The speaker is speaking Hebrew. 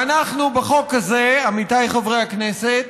ואנחנו בחוק הזה, עמיתיי חברי הכנסת,